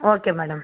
okay madam